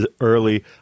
early